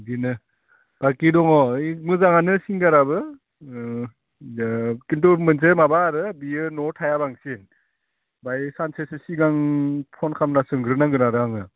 बिदिनो पार्टि दङ ओय मोजांआनो सिंगाराबो खिन्थु मोनसे माबा आरो बियो न'आव थाया बांसिन आमफ्राय सानसेसो सिगां फन खालामना सोंग्रोनांगोन आरो आङो